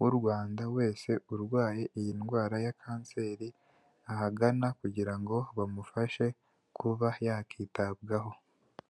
w'u Rwanda wese urwaye iyi ndwara ya kanseri ahagana kugira ngo bamufashe kuba yakitabwaho.